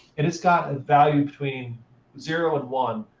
and it's got a value between zero and one.